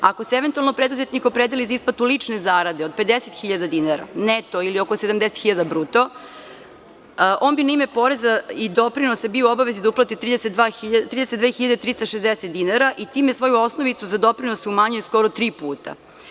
Ako se eventualno preduzetnik opredeli za isplatu lične zarade od 50.000 hiljada dinara neto ili oko 70.000 hiljada bruto, on bi na ime poreza i doprinosa bio u obavezi da uplati 32.360 dinara i time svoju osnovicu za doprinos umanjio skoro tri puta.